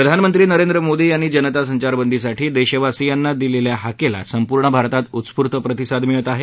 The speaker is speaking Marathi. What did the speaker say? प्रधानमंत्री नरेंद्र मोदी यांनी जनता संचारबंदीसाठी देशवासियांना दिलेल्या हाकेला संपूर्ण भारतात उस्फूर्त प्रतिसाद मिळत आहे